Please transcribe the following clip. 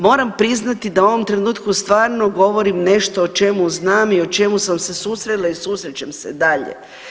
Moram priznati da u ovom trenutku stvarno govorim nešto o čemu znam i o čemu sam se susrela i susrećem se dalje.